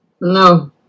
No